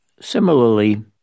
similarly